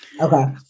Okay